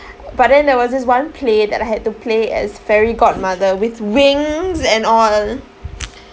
but then there was this one play that I had to play as fairy godmother with wings and all